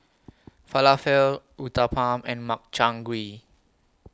Falafel Uthapam and Makchang Gui